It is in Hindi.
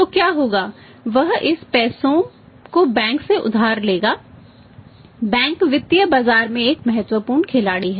तो क्या होगा वह इस पैसे को बैंक से उधार लेगा बैंक वित्तीय बाजार में एक महत्वपूर्ण खिलाड़ी है